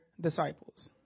disciples